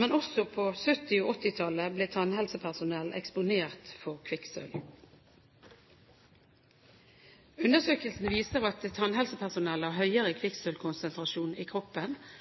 men også på 1970- og 1980-tallet ble tannhelsepersonell eksponert for kvikksølv. Undersøkelser viser at tannhelsepersonell har høyere kvikksølvkonsentrasjon i kroppen